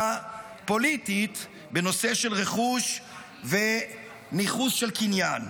פוליטית בנושא של רכוש וניכוס של קניין.